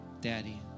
Daddy